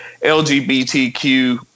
LGBTQ